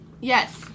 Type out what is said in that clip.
Yes